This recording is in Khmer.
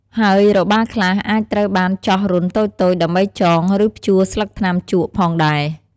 ហើយរបារខ្លះអាចត្រូវបានចោះរន្ធតូចៗ ដើម្បីចង ឬព្យួរស្លឹកថ្នាំជក់ផងដែរ។